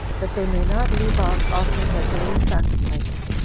that they may not leave off offering their daily sacrifices,